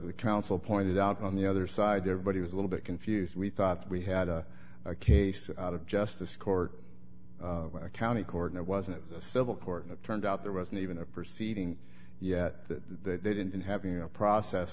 a council pointed out on the other side everybody was a little bit confused we thought we had a case out of justice court a county court and it wasn't a civil court and it turned out there wasn't even a proceeding yet that they did in having a process